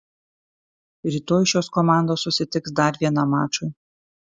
rytoj šios komandos susitiks dar vienam mačui